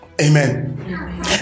Amen